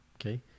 okay